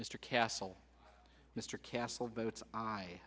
mr castle mr castle votes